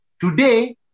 Today